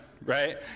right